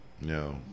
No